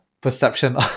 perception